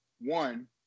one